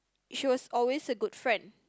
she was always a good friend